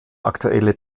aktuelle